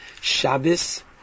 Shabbos